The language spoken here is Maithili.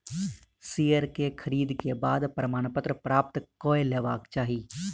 शेयर के खरीद के बाद प्रमाणपत्र प्राप्त कय लेबाक चाही